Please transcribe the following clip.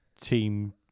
team